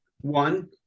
One